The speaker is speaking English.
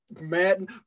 Madden